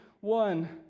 one